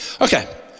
Okay